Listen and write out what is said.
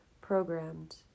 programmed